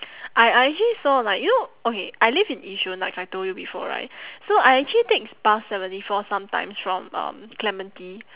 I I actually saw like you know okay I live in yishun like I told you before right so I actually take bus seventy four sometimes from um clementi